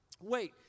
Wait